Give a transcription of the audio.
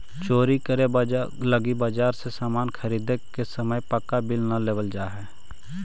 चोरी करे लगी बाजार से सामान ख़रीदे के समय पक्का बिल न लेवल जाऽ हई